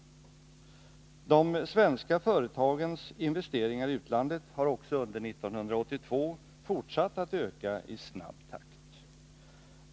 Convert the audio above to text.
De svenska företagens investeringar i utlandet har också under 1982 fortsatt att öka i snabb takt.